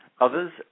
Others